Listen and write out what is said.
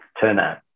turnout